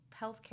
healthcare